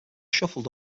shuffled